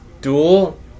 Dual